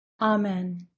Amen